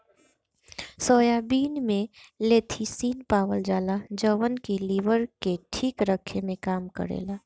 soybean में lecithin पावल जाला जवन की लीवर के ठीक रखे में काम करेला